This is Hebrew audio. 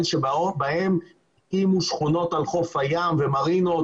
בהן הקימו שכונות על חוף הים ומרינות